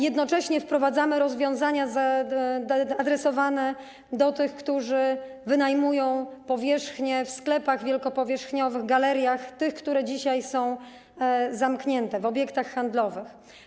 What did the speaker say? Jednocześnie wprowadzamy rozwiązania adresowane do tych, którzy wynajmują powierzchnie w sklepach wielkopowierzchniowych, galeriach, które dzisiaj są zamknięte, w obiektach handlowych.